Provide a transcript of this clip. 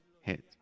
hit